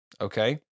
Okay